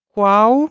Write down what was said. Qual